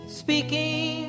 speaking